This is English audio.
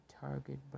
target